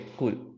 cool